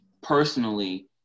personally